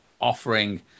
offering